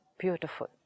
Beautiful